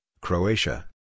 Croatia